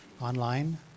online